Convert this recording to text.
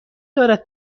دارد